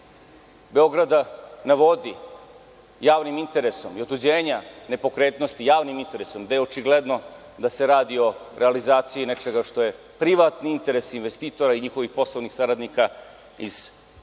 „Beograda na vodi“ javnim interesom i otuđenja nepokretnosti javnim interesom, gde je očigledno da se radi o realizaciji nečega što je privatni interes investitora i njihovih poslovnih saradnika iz izvršne